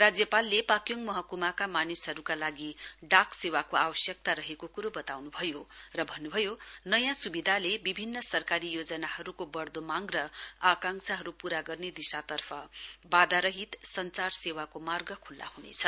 राज्यपालले पाक्योङ महक्माका मानिसहरूका लागि डाक सेवाको आवश्यकता रहेको क्रो बताउन् भयो र भन्नुभयो नयाँ सुविधाले विभिन्न सरकारी योजनाहरूको बढ्दो माग र आकाक्षाहरू पूरा गर्ने दिशातर्फ बाधारहित संञ्चार सेवाको मार्ग खुल्ला ह्नेछ